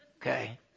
Okay